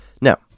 Now